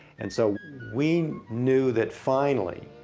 and so we knew that finally,